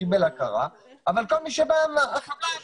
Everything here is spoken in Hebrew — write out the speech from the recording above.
אבל כל מי שבא אחריו,